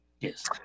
Yes